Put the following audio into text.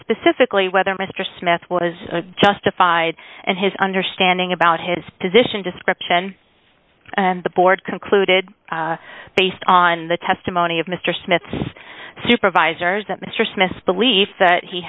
specifically whether mr smith was justified and his understanding about his position description and the board concluded based on the testimony of mr smith's supervisors that mr smith's belief that he